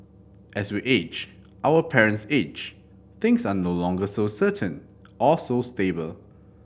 as we age our parents age things are no longer so certain or so stable